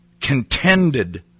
contended